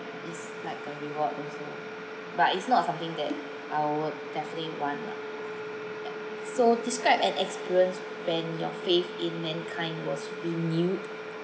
it's like a reward also but it's not uh something that I would definitely want lah ya so describe an experience when your faith in mankind was renewed